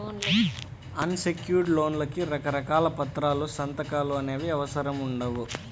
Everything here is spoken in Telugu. అన్ సెక్యుర్డ్ లోన్లకి రకరకాల పత్రాలు, సంతకాలు అనేవి అవసరం ఉండవు